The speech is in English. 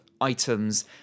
items